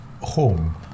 home